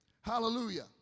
Hallelujah